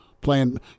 playing